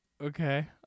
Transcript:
Okay